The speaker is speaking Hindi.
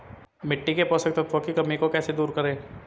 मिट्टी के पोषक तत्वों की कमी को कैसे दूर करें?